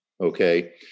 Okay